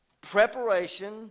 preparation